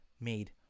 made